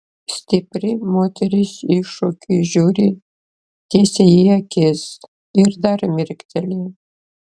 stipri moteris iššūkiui žiūri tiesiai į akis ir dar mirkteli